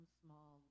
small